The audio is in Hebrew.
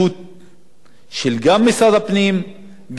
גם מצד משרד הפנים וגם מצד משרד המשפטים.